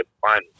finals